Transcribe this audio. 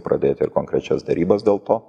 pradėti ir konkrečias derybas dėl to